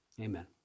amen